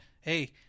hey